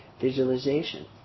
visualization